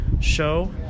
show